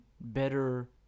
better